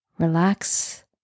relax